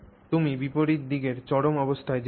তুমি বিপরীত দিকের চরম অবস্থায় যেতে পার